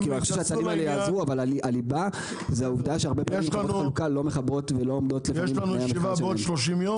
חברות החלוקה הרבה פעמים לא מכבדות- -- יש לנו ישיבה עוד 30 יום.